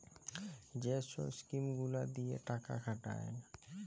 যে ছব ইস্কিম গুলা দিঁয়ে টাকা খাটায়